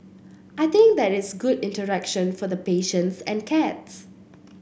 I think that it's good interaction for the patients and cats